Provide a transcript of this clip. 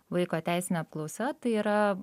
vaiko teisinė apklausa tai yra